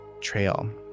Trail